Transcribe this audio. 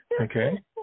Okay